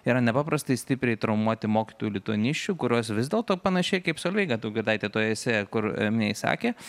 yra nepaprastai stipriai traumuoti mokytojų lituanisčių kurios vis dėl to panašiai kaip solveiga daugirdaitė toj esė kur jinai sakė